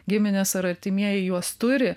giminės ar artimieji juos turi